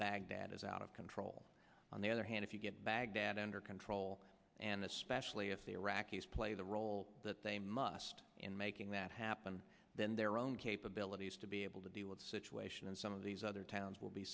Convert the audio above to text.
baghdad is out of control on the other hand if you get baghdad under control and especially if the iraqis play the role that they must in making that happen then their own capabilities to be able to deal with the situation in some of these other towns will be